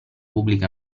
pubblica